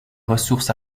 ressources